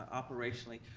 operationally,